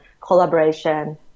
collaboration